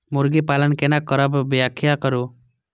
मुर्गी पालन केना करब व्याख्या करु?